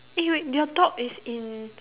eh wait your dog is in